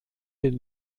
den